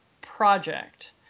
project